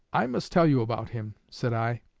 i must tell you about him said i.